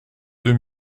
deux